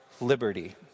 liberty